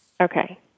Okay